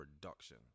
production